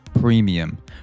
Premium